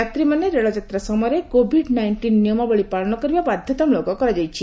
ଯାତ୍ରୀମାନେ ରେଳଯାତ୍ରା ସମୟରେ କୋଭିଡ୍ ନାଇଷ୍ଟିନ୍ ନିୟମାବଳୀ ପାଳନ କରିବା ବାଧ୍ୟତାମୃଳକ କରାଯାଇଛି